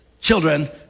children